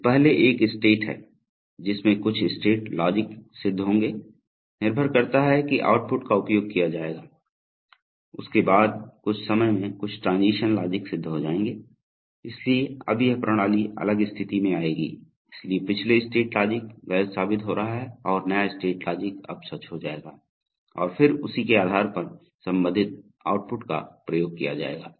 तो पहले एक स्टेट है जिसमें कुछ स्टेट लॉजिक सिद्ध होंगे निर्भर करता है कि आउटपुट का उपयोग किया जाएगा उसके बाद कुछ समय में कुछ ट्रांजीशन लॉजिक सिद्ध हो जाएंगे इसलिए अब यह प्रणाली अलग स्थिति में आएगी इसलिए पिछले स्टेट लॉजिक गलत साबित हो रहा है और नया स्टेट लॉजिक अब सच हो जाएगा और फिर उसी के आधार पर संबंधित आउटपुट का प्रयोग किया जाएगा